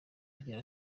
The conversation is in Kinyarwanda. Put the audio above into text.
agira